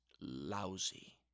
lousy